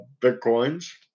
bitcoins